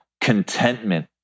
contentment